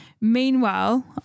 Meanwhile